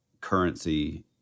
currency